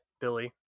Billy